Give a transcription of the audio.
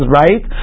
right